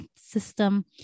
system